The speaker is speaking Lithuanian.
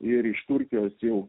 ir iš turkijos jau